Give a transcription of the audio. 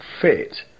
fit